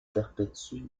perpétue